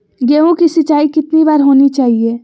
गेहु की सिंचाई कितनी बार होनी चाहिए?